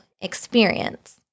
experience